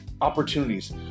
opportunities